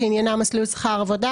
שעניינה מסלול שכר עבודה,